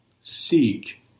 seek